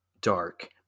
dark